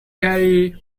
carry